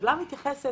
הטבלה מתייחסת